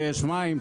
שיש מים,